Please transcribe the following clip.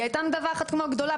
היא הייתה מדווחת כמו גדולה,